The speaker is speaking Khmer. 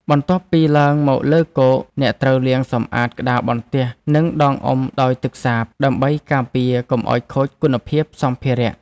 បន្ទាប់ពីឡើងមកលើគោក អ្នកត្រូវលាងសម្អាតក្តារបន្ទះ និងដងអុំដោយទឹកសាប ដើម្បីការពារកុំឱ្យខូចគុណភាពសម្ភារៈ។